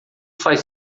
faz